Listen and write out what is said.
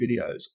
videos